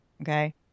Okay